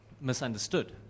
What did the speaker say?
misunderstood